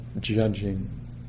judging